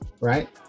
right